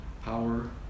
power